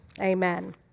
Amen